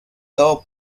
cabo